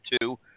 two